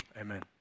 Amen